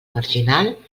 marginal